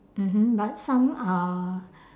mmhmm but some uh